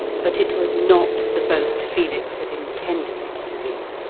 but it was not the boat felix had intended it to be.